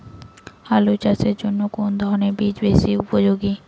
আলু চাষের জন্য কোন ধরণের বীজ বেশি উপযোগী?